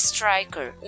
Striker